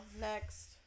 Next